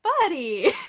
Buddy